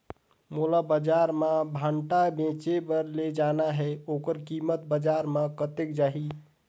मोला बजार मां भांटा बेचे बार ले जाना हे ओकर कीमत बजार मां कतेक जाही?